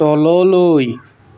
তললৈ